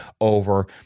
over